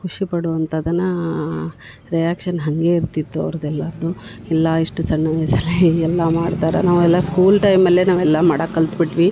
ಖುಷಿ ಪಡುವಂಥದನಾ ರಿಯಾಕ್ಷನ್ ಹಾಗೇ ಇರ್ತಿತ್ತು ಅವ್ರ್ದ ಎಲ್ಲಾದನ್ನು ಎಲ್ಲಾ ಇಷ್ಟು ಸಣ್ಣ ವಯಸ್ಸಲ್ಲೇ ಎಲ್ಲಾ ಮಾಡ್ತರೆ ನಾವೆಲ್ಲ ಸ್ಕೂಲ್ ಟೈಮಲ್ಲೆ ನಾವೆಲ್ಲ ಮಾಡಾಕೆ ಕಲ್ತ ಬಿಟ್ವಿ